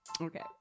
Okay